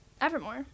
Evermore